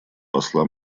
посла